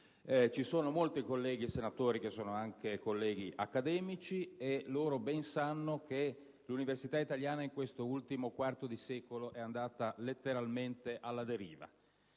Ci sono molti colleghi senatori che sono anche colleghi accademici e ben sanno che l'università italiana in questo ultimo quarto di secolo è andata letteralmente alla deriva,